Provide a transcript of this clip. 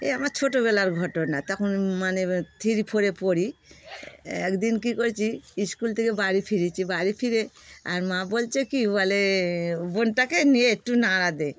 এই আমার ছোটোবেলার ঘটনা তখন মানে থ্রি ফোরে পড়ি একদিন কী করেছি স্কুল থেকে বাড়ি ফিরেছি বাড়ি ফিরে আর মা বলছে কি বলে বোনটাকে নিয়ে একটু নাড়া দে